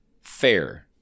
Fair –